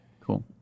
Cool